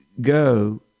go